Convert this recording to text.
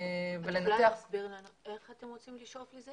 את יכולה להסביר לנו איך אתם רוצים לשאוף לזה,